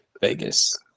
Vegas